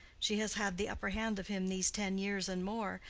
she has had the upper hand of him these ten years and more,